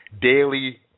daily